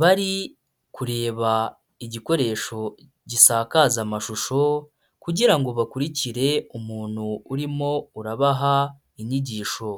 bari kureba igikoresho gisakaza amashusho kugirango bakurikire umuntu urimo urabaha inyigisho.